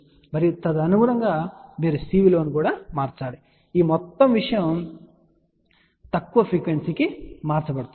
మరియు తదనుగుణంగా మీరు C విలువను మార్చాలి ఈ మొత్తం విషయం తక్కువ పౌనపున్యానికి మార్చబడుతుంది